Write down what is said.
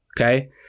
okay